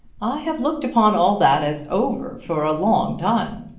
i have looked upon all that as over for a long time.